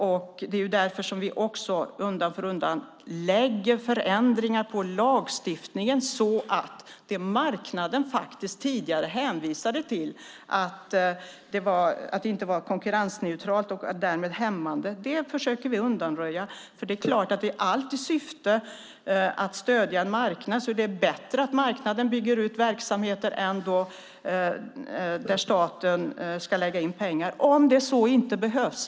Undan för undan lägger vi fram förslag om förändringar när det gäller lagstiftningen för att undanröja det som marknaden tidigare faktiskt hänvisade till var hämmande och inte konkurrensneutralt. Det är klart att när syftet är att stödja en marknad är det bättre att marknaden bygger ut verksamheter än att staten ska lägga in pengar om så inte behövs.